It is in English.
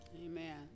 Amen